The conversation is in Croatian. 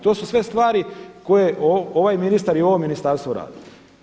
To su sve stvari koje ovaj ministar i ovo ministarstvo rade.